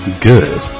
Good